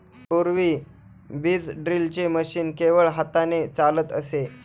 पूर्वी बीज ड्रिलचे मशीन केवळ हाताने चालत असे